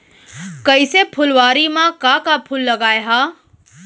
कइसे फुलवारी म का का फूल लगाय हा?